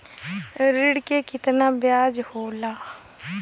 ऋण के कितना ब्याज होला?